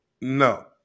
No